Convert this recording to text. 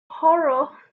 horror